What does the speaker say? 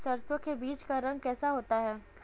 सरसों के बीज का रंग कैसा होता है?